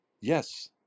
yes